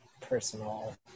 personal